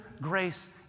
grace